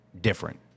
different